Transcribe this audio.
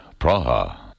Praha